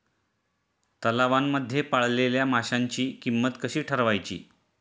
तलावांमध्ये पाळलेल्या माशांची किंमत कशी ठरवायची?